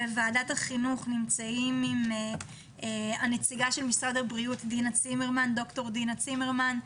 עם נציגת משרד הבריאות ד"ר דינה צימרמן,